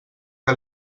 que